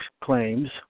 claims